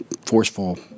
forceful